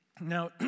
Now